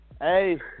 Hey